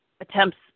attempts